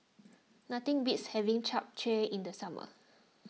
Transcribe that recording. nothing beats having Chap Chai in the summer